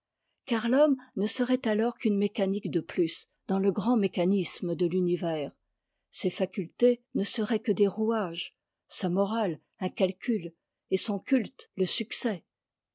car l'homme ne'serait alors qu'une mécanique de plus dans le grand mécanisme de l'univers ses facultés ne seraient que des rouages sa morale un calcul et son culte le succès